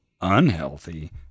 unhealthy